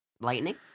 Lightning